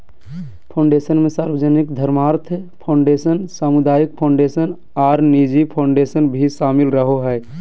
foundation मे सार्वजनिक धर्मार्थ फ़ाउंडेशन, सामुदायिक फ़ाउंडेशन आर निजी फ़ाउंडेशन भी शामिल रहो हय,